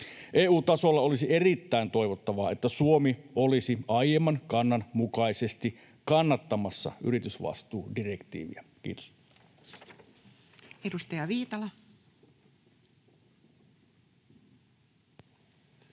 EU-tasolla olisi erittäin toivottavaa, että Suomi olisi aiemman kannan mukaisesti kannattamassa yritysvastuudirektiiviä. — Kiitos.